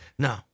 No